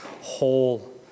whole